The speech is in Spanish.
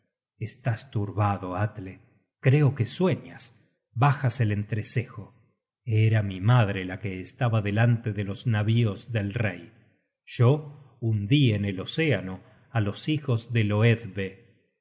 estás turbado atle creo que sueñas bajas el entrecejo era mi madre la que estaba delante de los navíos del rey yo hundi en el océano á los hijos de